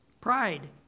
pride